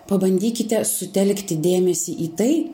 pabandykite sutelkti dėmesį į tai